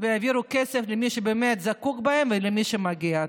ויעבירו כסף למי שבאמת זקוק לו ולמי שמגיע.